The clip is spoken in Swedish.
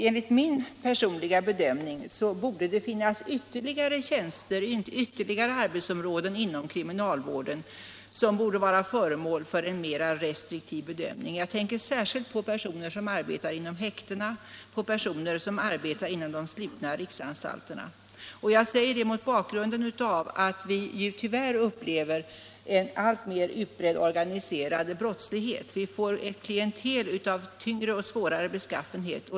Enligt min personliga uppfattning finns det ytterligare arbetsområden inom kriminalvården som borde vara föremål för en mer restriktiv bedömning. Jag tänker särskilt på personer som arbetar inom häktena och på personer som arbetar inom de slutna riksanstalterna. Jag säger detta mot bakgrunden av att vi tyvärr upplever en alltmer organiserad brottslighet och att vi får ett klientel av allt tyngre och svårare beskaffenhet.